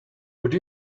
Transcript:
would